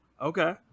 Okay